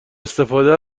استفاده